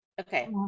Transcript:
Okay